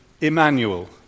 Emmanuel